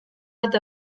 bat